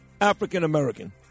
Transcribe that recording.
African-American